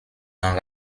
dans